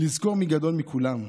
לזכור מי הגדול מכולם,